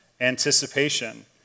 anticipation